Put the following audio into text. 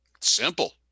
Simple